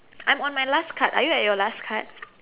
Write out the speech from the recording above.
I'm on my last card are you at your last card